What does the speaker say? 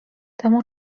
temu